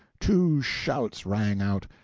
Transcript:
two shouts rang out,